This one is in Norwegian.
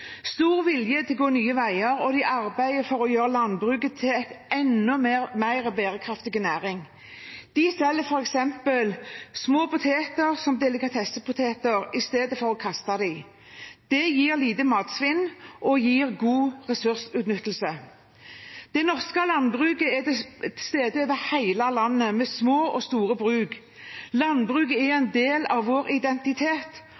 stor vilje til å gå nye veier, og de arbeider for å gjøre landbruket til en enda mer bærekraftig næring. De selger f.eks. små poteter som delikatessepoteter i stedet for å kaste dem. Det gir lite matsvinn og er god ressursutnyttelse. Det norske landbruket er til stede over hele landet med små og store bruk. Landbruket er